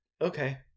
Okay